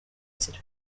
nzira